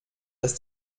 dass